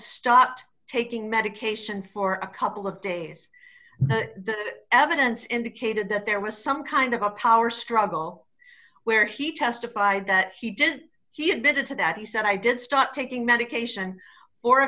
stopped taking medication for a couple of days evidence indicated that there was some kind of a power struggle where he testified that he did he admitted to that he said i did stop taking medication for a